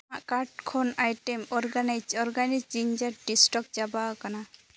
ᱟᱢᱟᱜ ᱠᱟᱨᱴ ᱠᱷᱚᱱ ᱟᱭᱴᱮᱢ ᱚᱨᱜᱟᱱᱤᱠᱟ ᱚᱨᱜᱟᱱᱤᱠ ᱡᱤᱝᱜᱟᱨ ᱴᱤ ᱥᱴᱚᱠ ᱪᱟᱵᱟᱣᱟᱠᱟᱱᱟ